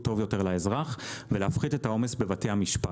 טוב יותר לאזרח ולהפחית את העומס בבתי המשפט.